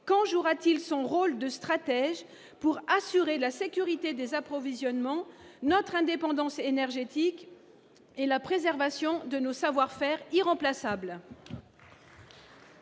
Quand jouera-t-il son rôle de stratège pour assurer la sécurité des approvisionnements, notre indépendance énergétique et la préservation de nos savoir-faire irremplaçables ?